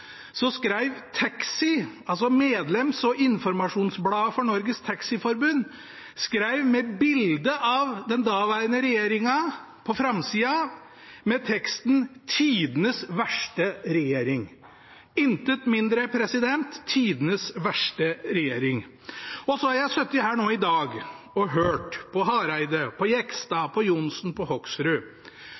så ille var det at etter at regjeringen la fram lovforslaget sitt i fjor vår, skrev TAXI, medlems- og informasjonsbladet for Norges Taxiforbund, «Tidenes verste regjering» på framsida med bilde av den daværende regjeringen – intet mindre, tidenes verste regjering. Jeg har sittet her i dag og hørt på representantene Hareide, Jegstad, Johnsen og Hoksrud.